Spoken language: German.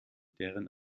deren